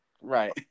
Right